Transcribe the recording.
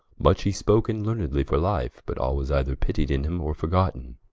much he spoke, and learnedly for life but all was either pittied in him, or forgotten